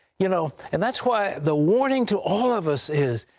you know and that's why the warning to all of us is,